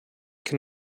can